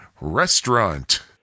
restaurant